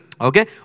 Okay